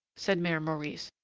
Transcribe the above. said mere maurice,